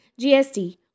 GST